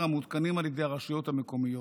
המותקנים על ידי הרשויות המקומיות,